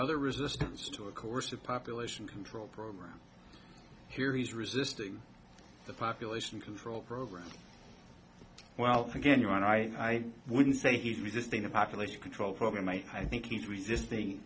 other resistance to a course of population control program here he's resisting the population control program well again you're on i wouldn't say he's resisting the population control program i think he's resisting